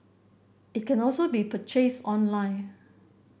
it can also be purchased online